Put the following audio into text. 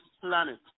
planet